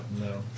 no